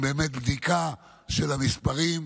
עם בדיקה של המספרים,